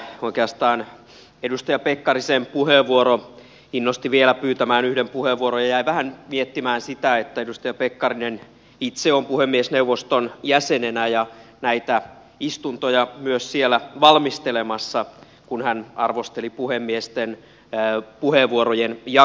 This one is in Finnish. oikeastaan edustaja pekkarisen puheenvuoro innosti vielä pyytämään yhden puheenvuoron ja jäin vähän miettimään sitä että edustaja pekkarinen itse on puhemiesneuvoston jäsenenä ja näitä istuntoja myös siellä valmistelemassa kun hän arvosteli puhemiesten puheenvuorojen jakamista